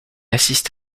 assiste